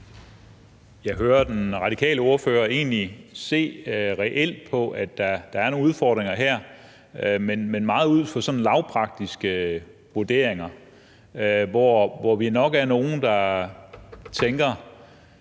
egentlig den radikale ordfører se reelt på, at der her er nogle udfordringer, men meget ud fra sådan lavpraktiske vurderinger, hvor vi nok er nogle, der tænker: